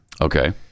Okay